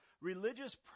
religious